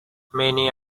many